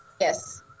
Yes